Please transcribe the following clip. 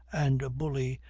and a bully,